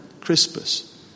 Crispus